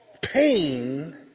pain